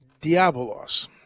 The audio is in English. diabolos